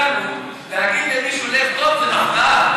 בדת שלנו להגיד למישהו לב טוב זה מחמאה.